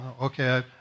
Okay